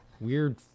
Weird